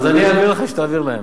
אז אני אעביר לך, שתעביר להם.